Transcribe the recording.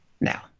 Now